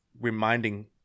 reminding